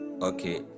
okay